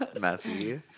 Messy